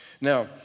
Now